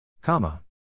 Comma